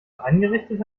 angerichtet